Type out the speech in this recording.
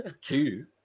two